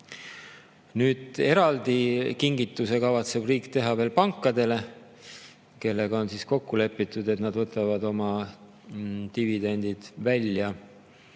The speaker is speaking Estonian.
Nüüd, eraldi kingituse kavatseb riik teha pankadele, kellega on kokku lepitud, et nad võtavad oma dividendid või